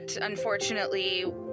unfortunately